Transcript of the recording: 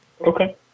okay